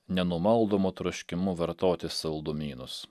nenumaldomu troškimu vartoti saldumynus